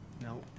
No